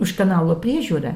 už kanalų priežiūra